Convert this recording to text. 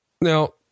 Now